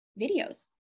videos